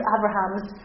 Abraham's